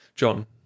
John